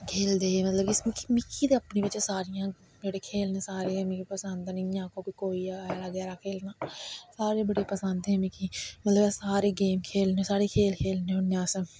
खेलदे हे मतलव कि मिकी ते अपने बिच्च सारियां जेह्ड़े खेल न सारे गै मिगी पसंद न इयां आक्खो कि कोई ऐरा गैरा खेलना सारे बड़े पसंद हे मिगी मतलव अस सारे गेम खेलने सारे खेल खेलने होन्ने अस